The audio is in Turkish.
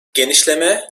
genişleme